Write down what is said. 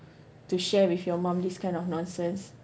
to share with your mum this kind of nonsense